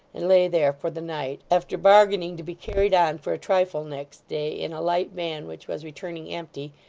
and lay there for the night, after bargaining to be carried on for a trifle next day, in a light van which was returning empty,